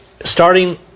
starting